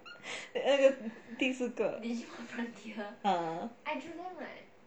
第四个 ah